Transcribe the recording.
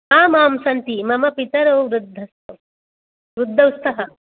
आम् आम् सन्ति मम पितरौ वृद्धस्तौ वृद्धौस्थः